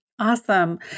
Awesome